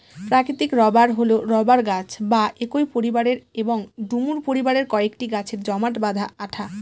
প্রাকৃতিক রবার হল রবার গাছ বা একই পরিবারের এবং ডুমুর পরিবারের কয়েকটি গাছের জমাট বাঁধা আঠা